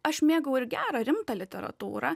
aš mėgau ir gerą rimtą literatūrą